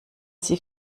sie